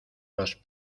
los